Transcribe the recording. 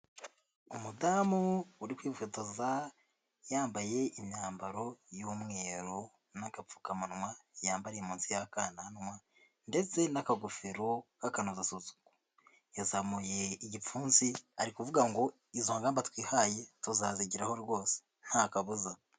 Umudamu uri kwifotoza yambaye imyambaro y'umweru n'akapfukamunwa yambariye munsi y'akananwa ndetse n'akagofero k'akanozatsotso, yazamuye igipfunsi ari kuvuga ngo izo ngamba twihaye tuzazigeraho rwose nta kabuza.